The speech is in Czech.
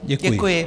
Děkuji.